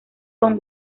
con